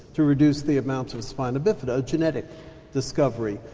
to reduce the amount of spina bifida a genetic discovery?